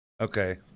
Okay